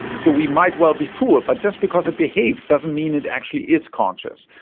so we might well be fooled, but just because it behaves doesn't mean it actually is conscious.